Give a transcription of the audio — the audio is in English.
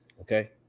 Okay